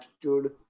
attitude